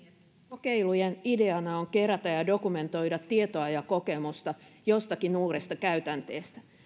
kokeilujen ideana on kerätä ja ja dokumentoida tietoa ja kokemusta jostakin uudesta käytänteestä